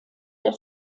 der